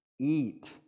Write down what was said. Eat